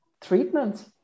treatment